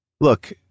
look